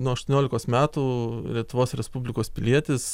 nuo aštuoniolikos metų lietuvos respublikos pilietis